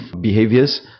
behaviors